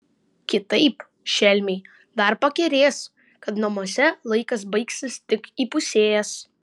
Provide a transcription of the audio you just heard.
kitaip šelmiai dar pakerės kad namuose laikas baigsis tik įpusėjęs